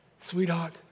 Sweetheart